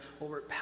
over